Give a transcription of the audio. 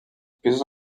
pisos